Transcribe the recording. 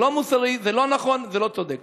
זה לא מוסרי, זה לא נכון, זה לא צודק.